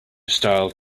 style